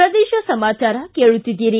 ಪ್ರದೇಶ ಸಮಾಚಾರ ಕೇಳುತ್ತಿದ್ದೀರಿ